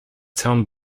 town